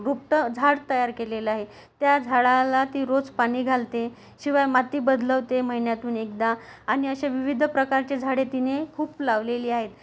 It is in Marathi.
रोपटं झाड तयार केलेलं आहे त्या झाडाला ती रोज पाणी घालते शिवाय माती बदलवते महिन्यातून एकदा आणि असे विविध प्रकारचे झाडे तिने खूप लावलेली आहेत